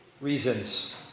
reasons